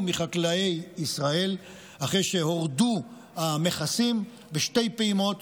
מחקלאי ישראל אחרי שהורדו המכסים בשתי פעימות.